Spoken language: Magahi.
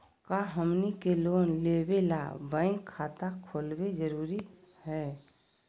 का हमनी के लोन लेबे ला बैंक खाता खोलबे जरुरी हई?